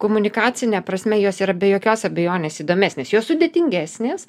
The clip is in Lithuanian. komunikacine prasme jos yra be jokios abejonės įdomesnės jos sudėtingesnės